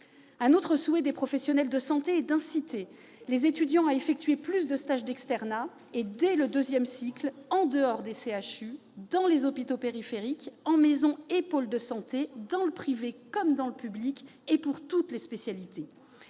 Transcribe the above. Un autre souhait des professionnels de santé est d'inciter les étudiants à effectuer plus de stages d'externat, dès le deuxième cycle, en dehors des CHU, dans les hôpitaux périphériques, en maison et pôle de santé, dans le privé comme dans le public et pour toutes les spécialités.